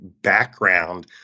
background